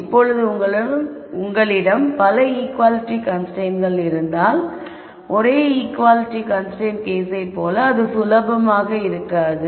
இப்போது உங்களிடம் பல ஈக்குவாலிட்டி கன்ஸ்ரைன்ட்ஸ்கள் இருந்தால் ஒரே ஈக்குவாலிட்டி கன்ஸ்ரைன்ட் கேஸை போல சுலபமாக இருக்காது